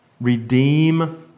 Redeem